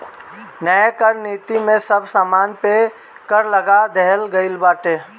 नया कर नीति में सब सामान पे कर लगा देहल गइल बाटे